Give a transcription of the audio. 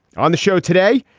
on the show today,